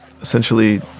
essentially